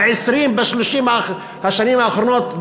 ב-30-20 השנים האחרונות,